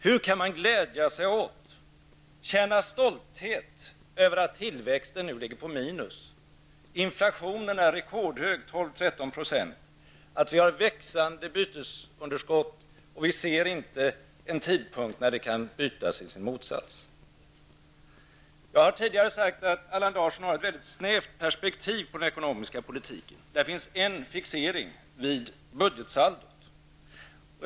Hur kan man glädja sig åt och känna stolthet över att tillväxten nu ligger på minus, inflationen är rekordhög -- 12--13 %-- och vi har ett växande bytesunderskott där vi inte ser en tidpunkt då det kan bytas i sin motsats? Jag har tidigare sagt att Allan Larsson har ett mycket snävt perspektiv på den ekonomiska politiken. Det finns en fixering vid budgetsaldot.